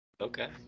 Okay